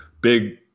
big